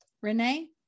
Renee